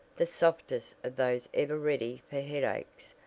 the softest of those ever ready for headaches,